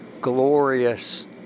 glorious